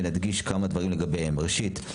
ונדגיש כמה דברים לגביהם: ראשית,